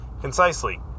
concisely